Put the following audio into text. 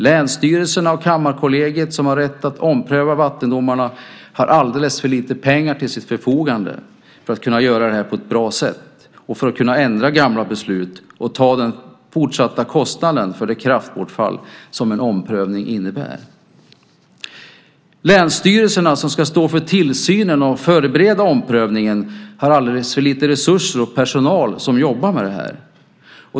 Länsstyrelserna och Kammarkollegiet, som har rätt att ompröva vattendomarna, har alldeles för lite pengar till sitt förfogande för att kunna göra det här på ett bra sätt och för att kunna ändra gamla beslut och ta den fortsatta kostnaden för det kraftbortfall som en omprövning innebär. Länsstyrelserna, som ska stå för tillsynen och förbereda omprövningen, har alldeles för lite resurser och personal som jobbar med det här.